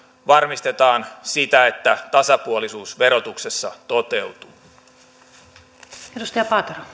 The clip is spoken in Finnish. varmistetaan sitä että tasapuolisuus verotuksessa toteutuu